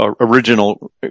original